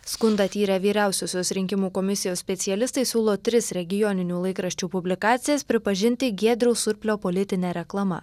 skundą tyrę vyriausiosios rinkimų komisijos specialistai siūlo tris regioninių laikraščių publikacijas pripažinti giedriaus surplio politine reklama